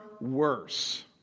worse